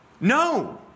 no